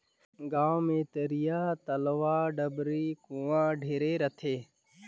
गांव मे तरिया, तलवा, डबरी, कुआँ ढेरे रथें